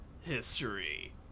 history